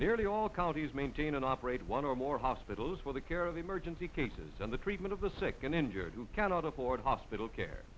nearly all counties maintain and operate one or more hospitals for the care of emergency cases and the treatment of the sick and injured who cannot afford hospital care